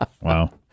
Wow